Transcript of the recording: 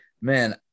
man